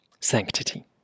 Sanctity